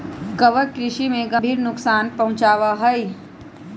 कवक कृषि में गंभीर नुकसान पहुंचावा हई